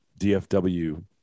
DFW